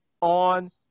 on